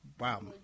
Wow